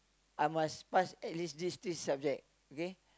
I must pass at least these three subject okay